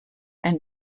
and